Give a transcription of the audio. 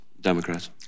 Democrats